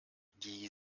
die